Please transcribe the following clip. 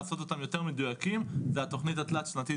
לעשות אותם יותר מדויקים והתוכנית התלת שנתית